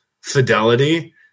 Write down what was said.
fidelity